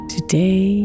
Today